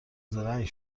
زرنگ